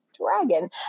dragon